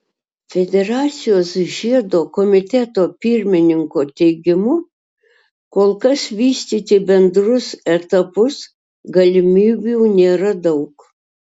federacijos žiedo komiteto pirmininko teigimu kol kas vystyti bendrus etapus galimybių nėra daug